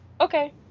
Okay